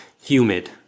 humid